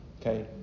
Okay